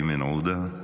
איימן עודה,